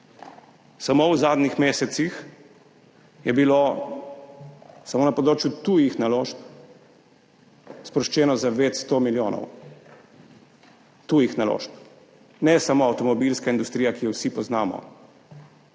Samo v zadnjih mesecih je bilo samo na področju tujih naložb sproščeno za več 100 milijonov, tujih naložb, ne samo avtomobilska industrija, ki jo vsi poznamo,